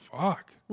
fuck